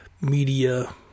media